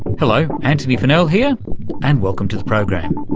hello, antony funnell here and welcome to the program.